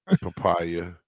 papaya